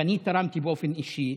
ואני תרמתי באופן אישי,